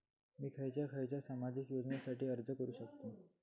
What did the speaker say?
मी खयच्या खयच्या सामाजिक योजनेसाठी अर्ज करू शकतय?